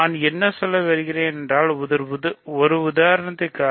நான் என்ன சொல்ல வருகிறேன் என்றால் ஒரு உதாரணத்திற்காக